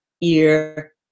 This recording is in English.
ear